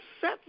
set